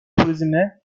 turizme